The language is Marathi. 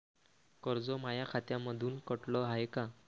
कर्ज माया खात्यामंधून कटलं हाय का?